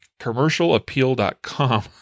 commercialappeal.com